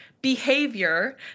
behavior